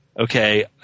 Okay